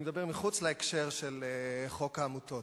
אני מדבר מחוץ להקשר של חוק העמותות.